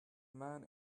man